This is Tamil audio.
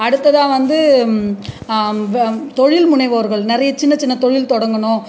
அடுத்ததாக வந்து வ தொழில் முனைவோர்கள் நிறைய சின்ன சின்ன தொழில் தொடங்கணும்